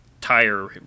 tire